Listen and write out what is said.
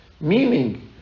meaning